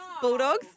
Bulldogs